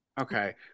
Okay